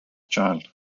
child